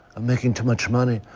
i'm making too much money,